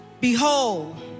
Behold